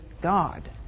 God